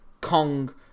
Kong